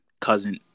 cousin